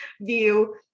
view